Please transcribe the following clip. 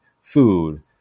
food